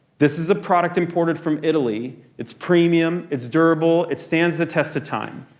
this is a product imported from italy. it's premium. it's durable. it stands the test of time.